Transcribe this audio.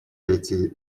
эти